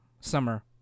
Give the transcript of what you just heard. Summer